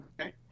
Okay